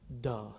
duh